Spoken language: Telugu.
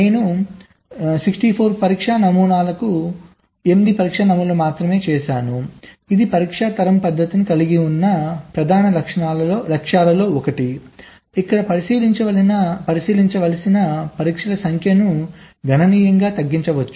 నేను 64 పరీక్ష నమూనాలకు 8 పరీక్షా నమూనాలను మాత్రమే చేశాను ఇది పరీక్షా తరం పద్ధతిని కలిగి ఉన్న ప్రధాన లక్ష్యాలలో ఒకటి ఇక్కడ పరీక్షించవలసిన పరీక్షల సంఖ్యను గణనీయంగా తగ్గించవచ్చు